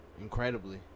Incredibly